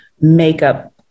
makeup